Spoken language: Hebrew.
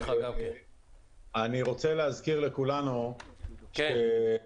אני רוצה להזכיר לכולנו שטיסות